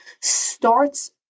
starts